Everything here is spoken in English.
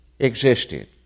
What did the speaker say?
existed